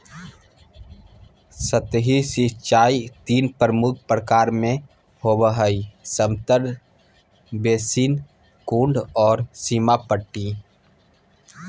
सतही सिंचाई तीन प्रमुख प्रकार में आबो हइ समतल बेसिन, कुंड और सीमा पट्टी